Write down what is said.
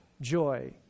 joy